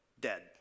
dead